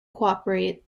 cooperate